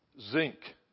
Zinc